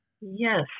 Yes